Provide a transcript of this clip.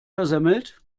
versemmelt